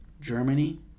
Germany